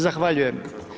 Zahvaljujem.